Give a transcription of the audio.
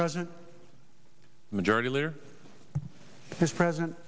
president majority leader is president